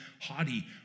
haughty